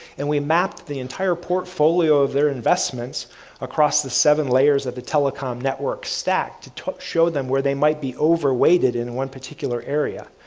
and we mapped the entire portfolio of their investments across the seven layers of the telecom network stack, to to show them where they might be over weighted in one particular area.